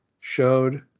showed